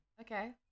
Okay